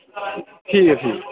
ठीक ऐ ठीक ऐ